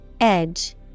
Edge